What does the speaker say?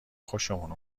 خوشمون